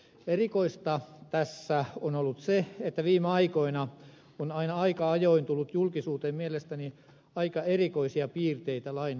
erikoista tässä on ollut se että viime aikoina on aina aika ajoin tullut julkisuuteen mielestäni aika erikoisia piirteitä lain valmistelusta